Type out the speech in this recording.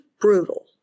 brutal